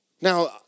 Now